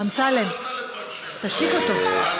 אמסלם, תשתיק אותו.